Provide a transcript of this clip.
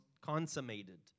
consummated